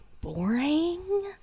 boring